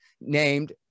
named